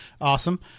Awesome